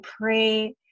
pray